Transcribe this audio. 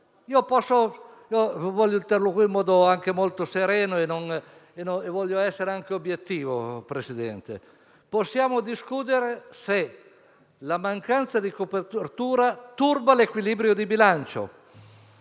voglio interloquire in modo molto sereno e voglio essere obiettivo. Possiamo discutere se la mancanza di copertura turba l'equilibrio di bilancio,